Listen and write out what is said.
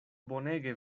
bonege